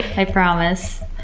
i promise.